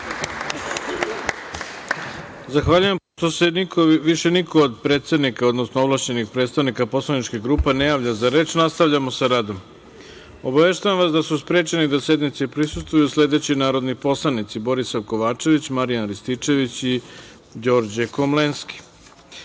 Zahvaljujem. Pošto se više niko od predsednika, odnosno ovlašćenih predstavnika poslaničkih grupa ne javlja za reč, nastavljamo sa radom. Obaveštavam vas da su sprečeni da sednici prisustvuju sledeći narodni poslanici: Borisav Kovačević, Marijan Rističević i Đorđe Komlenski.U